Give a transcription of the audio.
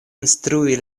instrui